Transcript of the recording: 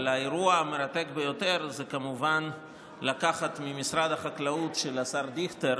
אבל האירוע המרתק ביותר הוא כמובן לקחת ממשרד החקלאות של השר דיכטר